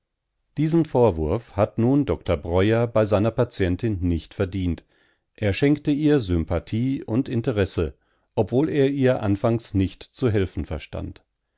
diesen vorwurf hat nun dr breuer bei seiner patientin nicht verdient er schenkte ihr sympathie und interesse obwohl er ihr anfangs nicht zu helfen verstand